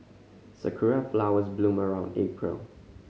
sakura flowers bloom around April